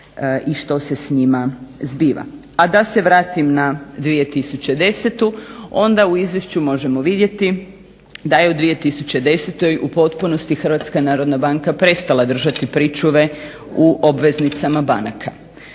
i što se s njima zbiva. A da se vratim na 2010. onda u izvješću možemo vidjeti da je u 2010. u potpunosti HNB prestala držati pričuve u obveznicama banaka.